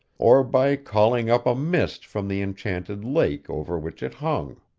or by calling up a mist from the enchanted lake over which it hung.